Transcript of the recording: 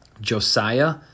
Josiah